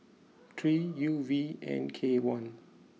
three U V N K one